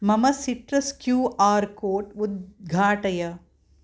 मम citrus Q R code उद्घाटय